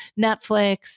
Netflix